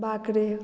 Bakre